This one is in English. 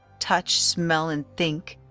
touch, smell, and think,